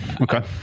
okay